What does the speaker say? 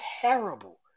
Terrible